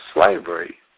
slavery